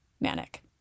manic